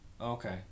Okay